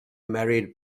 married